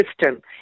system